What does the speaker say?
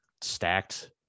stacked